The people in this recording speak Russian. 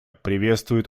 приветствует